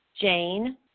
Jane